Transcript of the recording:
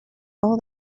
all